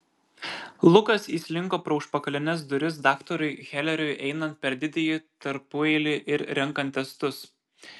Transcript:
lukas įslinko pro užpakalines duris daktarui heleriui einant per didįjį tarpueilį ir renkant testus